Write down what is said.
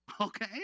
okay